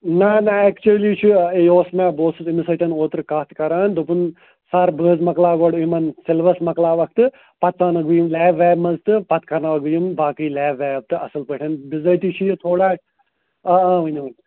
نہ نہ اٮ۪کچُلی چھُ یہِ اوس مےٚ بہٕ اوسُس أمِس سۭتۍ اوترٕ کَتھ کَران دوٚپُن سَر بہٕ حظ مَکلاو گۄڈٕ یِمن سٮ۪لبَس مَکلاوَکھ تہٕ پَتہٕ ژانَکھ بہٕ یِم لیب ویب منٛز تہٕ پتہٕ کَرناوَکھ بہٕ یِم باقٕے لیب ویب تہٕ اَصٕل پٲٹھۍ بِذٲتی چھُ یہِ تھوڑا آ اۭں ؤنِو ؤنِو